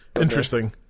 interesting